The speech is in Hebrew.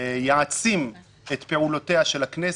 יעצים את פעולותיה של הכנסת,